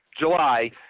July